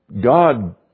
God